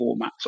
formats